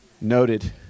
noted